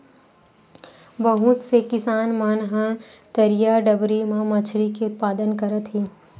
बहुत से किसान मन ह तरईया, डबरी म मछरी के उत्पादन करत हे